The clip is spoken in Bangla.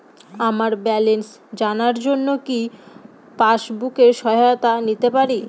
আমার ব্যালেন্স জানার জন্য কি পাসবুকের সহায়তা নিতে পারি?